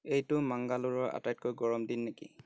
এইটো মাংগালোৰৰ আটাইতকৈ গৰম দিন নেকি